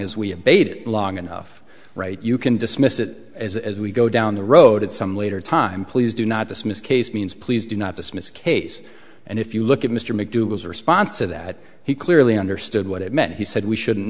as we have bade long enough right you can dismiss that as as we go down the road at some later time please do not dismiss case means please do not dismiss case and if you look at mr mcdougal's response to that he clearly understood what it meant he said we shouldn't